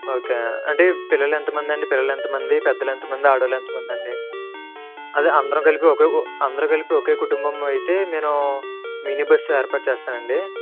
okay అంటే పిల్లలు ఎంతమంది అండి పిల్లలు ఎంతమంది పెద్దలు ఎంత మంది ఆడవాళ్ళు ఎంతమంది అండి అదే అందరం కలిపి ఒకే అందరూ కలిపి ఒకే కుటుంబం అయితే నేను మినీ బస్సు ఏర్పాటు చేస్తానండి